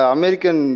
American